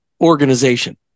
Organization